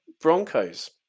Broncos